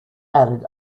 added